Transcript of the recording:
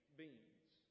beans